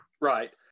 right